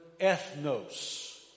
ethnos